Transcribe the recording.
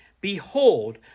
Behold